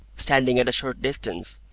standing at a short distance,